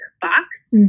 box